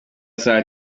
saa